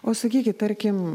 o sakykit tarkim